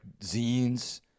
zines